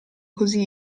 così